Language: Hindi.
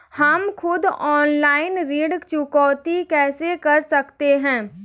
हम खुद ऑनलाइन ऋण चुकौती कैसे कर सकते हैं?